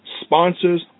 sponsors